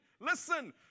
Listen